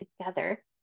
together